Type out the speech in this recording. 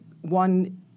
one